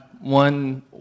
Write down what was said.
one